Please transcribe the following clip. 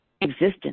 existence